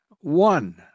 one